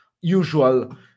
usual